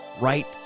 right